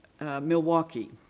Milwaukee